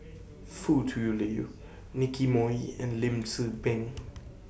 Foo Tui Liew Nicky Moey and Lim Tze Peng